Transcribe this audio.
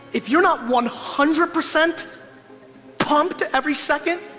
if you're not one hundred percent pumped every second,